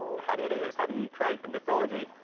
how do you do this? how do you create a mythology?